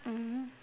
mmhmm